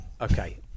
okay